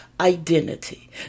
identity